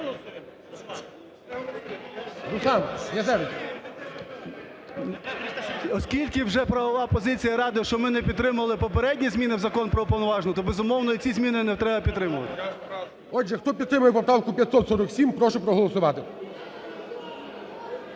Оскільки вже правова позиція Ради, що ми не підтримували попередні зміни в Закон про Уповноваженого, то, безумовно, і ці зміни не треба підтримувати. ГОЛОВУЮЧИЙ. Отже, хто підтримує поправку 547, прошу проголосувати.